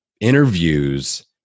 interviews